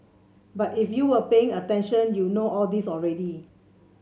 but if you were paying attention you know all this already